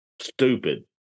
stupid